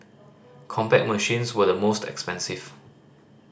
Compaq machines were the most expensive